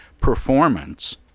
performance